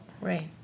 right